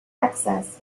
excess